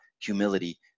humility